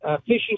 fishing